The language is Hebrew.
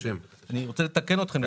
אני רוצה לתקן אתכם.